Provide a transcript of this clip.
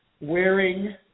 Wearing